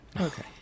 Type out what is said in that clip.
Okay